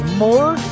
more